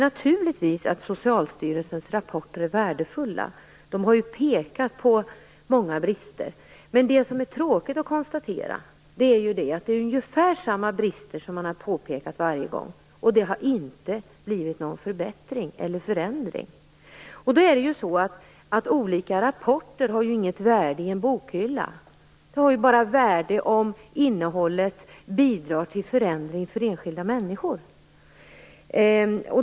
Naturligtvis är Socialstyrelsens rapporter värdefulla. De har pekat på många brister. Men det är tråkigt att konstatera att det är ungefär samma brister som man har påpekat varje gång, och det har inte blivit någon förbättring eller förändring. Olika rapporter har inget värde i en bokhylla. De har bara ett värde om innehållet bidrar till förändring för enskilda människor.